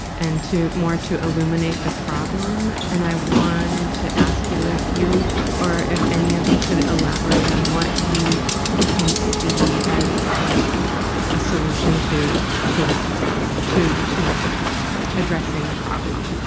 and more to illuminate the problem. and i wanted to ask you if you or if any of you could elaborate on what you can see as like a solution to to that problem, to to addressing the problem.